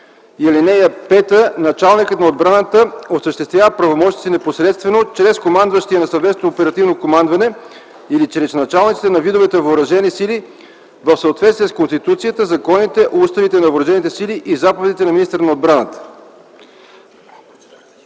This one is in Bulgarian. сили. (5) Началникът на отбраната осъществява правомощията си непосредствено чрез командващия на Съвместното оперативно командване или чрез началниците на видовете въоръжени сили в съответствие с Конституцията, законите, уставите на въоръжените сили и заповедите на министъра на отбраната.”